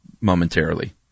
momentarily